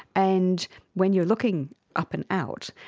and when you're looking up and out,